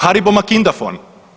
Haribo makindafon.